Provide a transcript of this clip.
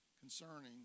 concerning